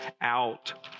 out